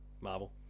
marvel